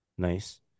nice